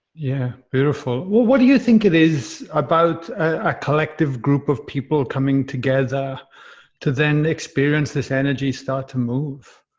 yeah. beautiful. well, what do you think it is about a collective group of people coming together to then experience this energy start to move?